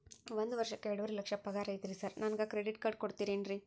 ಒಂದ್ ವರ್ಷಕ್ಕ ಎರಡುವರಿ ಲಕ್ಷ ಪಗಾರ ಐತ್ರಿ ಸಾರ್ ನನ್ಗ ಕ್ರೆಡಿಟ್ ಕಾರ್ಡ್ ಕೊಡ್ತೇರೆನ್ರಿ?